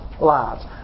lives